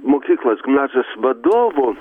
mokyklos gimnazijos vadovo